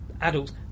Adults